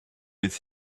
with